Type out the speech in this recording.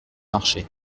marché